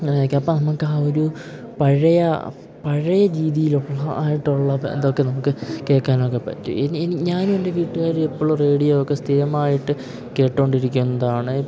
അങ്ങനെയൊക്കെ അപ്പം നമുക്കാ ഒരു പഴയ പഴയ രീതിയിലുള്ളതായിട്ടുള്ളത് ഇതൊക്കെ നമുക്ക് കേൾക്കാനൊക്കെ പറ്റും ഇനി ഇനി ഞാനും എൻ്റെ വീട്ടുകാരും എപ്പോഴും റേഡിയോ ഒക്കെ സ്ഥിരമായിട്ട് കേട്ടു കൊണ്ടിരിക്കുന്നതാണ്